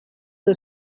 the